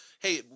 hey